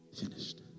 finished